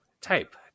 Type